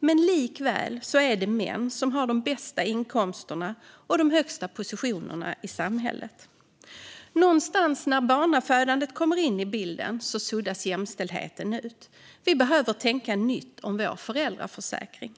Likväl är det män som har de bästa inkomsterna och de högsta positionerna i samhället. Någonstans när barnafödandet kommer in i bilden suddas jämställdheten ut. Vi behöver tänka nytt när det gäller vår föräldraförsäkring.